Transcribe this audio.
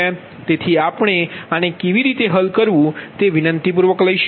તેથી આપણે આને કેવી રીતે હલ કરવું તે વિનંતીપૂર્વક લઈશું